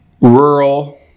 rural